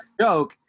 joke